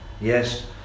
Yes